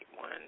one